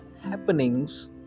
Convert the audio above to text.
happenings